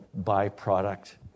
byproduct